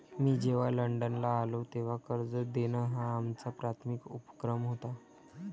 मी जेव्हा लंडनला आलो, तेव्हा कर्ज देणं हा आमचा प्राथमिक उपक्रम होता